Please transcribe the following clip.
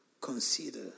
consider